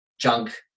junk